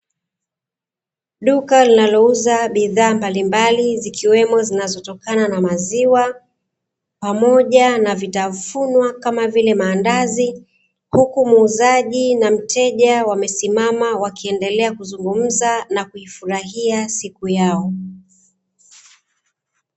Duka linalouza bidhaa mbalimbali, zikiwemo zinazotokana na maziwa pamoja na vitafunwa, kama vile maandazi, huku muuzaji na mteja wakiwa wanafurahi siku yao.